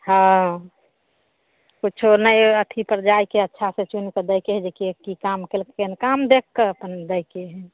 हँ कुछो नहि अथीपर जाइके हइ अच्छासँ चुनिके दैके हइ जेके की काम कयलकै हन काम देखकऽ अपन दैके हइ